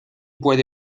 puede